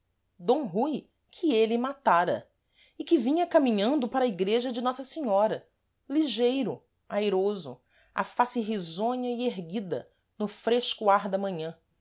d rui que êle matara e que vinha caminhando para a igreja de nossa senhora ligeiro airoso a face risonha e erguida no fresco ar da manhã